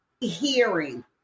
hearing